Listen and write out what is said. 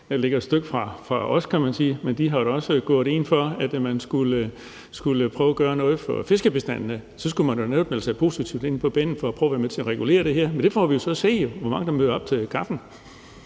som ligger et stykke fra os, kan man sige, at de da også går ind for, at man skulle prøve at gøre noget for fiskebestandene. Så skulle man jo netop melde sig positivt på banen for at prøve at være med til at regulere det her, men vi får så at se, hvor mange der møder op til kaffen.